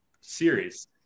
series